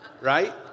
right